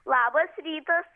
labas rytas